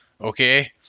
okay